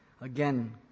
Again